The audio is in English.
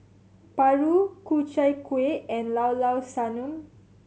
paru Ku Chai Kueh and Llao Llao Sanum